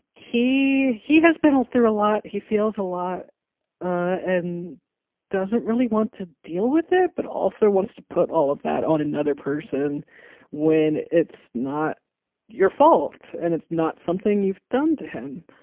he he has been through a lot. he feels a lot and doesn't really want to deal with it, but also wants to put all of that on another person when it's not your fault and it's not something you've done to him.